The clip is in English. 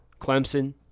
Clemson